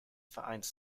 vereins